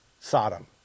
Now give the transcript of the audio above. Sodom